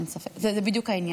אין ספק.